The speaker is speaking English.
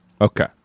Okay